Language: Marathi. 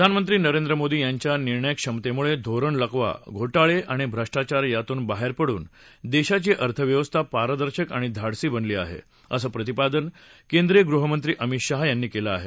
प्रधानमंत्री नरेंद्र मोदी यांच्या निर्णयक्षमतेमुळे धोरण लकवा घोटाळे आणि भ्रष्टाचार यातून बाहेर पडून देशाची अर्थव्यवस्था पारदर्शक आणि धाडसी बनली आहे असं प्रतिपादन केंद्रिय गृहमंत्री अमित शहा यांनी केलं आहे